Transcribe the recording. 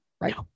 right